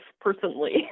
personally